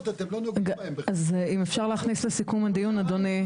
אז אם אפשר להכניס לסיכום הדיון אדוני.